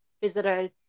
visited